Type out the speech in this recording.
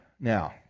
Now